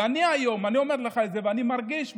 ואני היום, אני אומר לך את זה, אני מרגיש בודד,